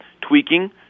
tweaking